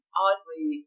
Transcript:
oddly